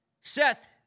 Seth